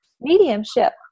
mediumship